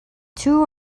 two